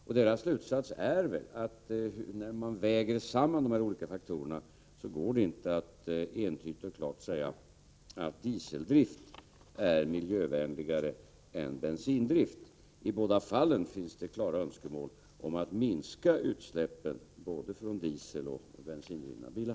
Och expertisens slutsats kan väl sägas vara att när man väger samman de här olika faktorerna, går det inte att entydigt och klart säga att dieseldrift är miljövänligare än bensindrift. Det finns klara önskemål om att minska utsläppen både från dieseldrivna och från bensindrivna bilar.